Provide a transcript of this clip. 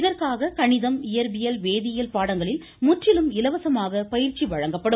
இதற்காக கணிதம் இயற்பியல் வேதியியல் பாடங்களில் முற்றிலும் இலவசமாக பயிற்சி வழங்கப்படும்